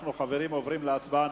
חברים, אנחנו עוברים להצבעה.